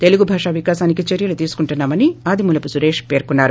తెలుగు భాషా వికాసానికి చర్యలు తీసుకుంటున్నా మని ఆదిమూలపు సురేష్ పేర్కొన్నారు